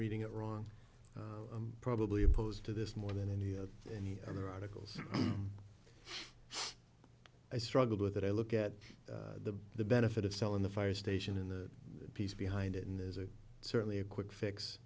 reading it wrong i'm probably opposed to this more than any of you or articles i struggled with that i look at the the benefit of selling the fire station in the piece behind it and there's a certainly a quick fix